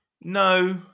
No